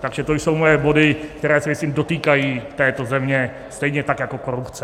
Takže to jsou moje body, které se, myslím, dotýkají této země stejně tak jako korupce.